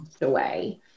away